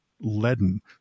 leaden